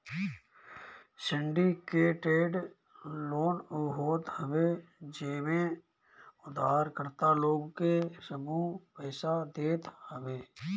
syndicated loan उ होत हवे जेमे उधारकर्ता लोग के समूह पईसा देत हवे